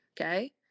Okay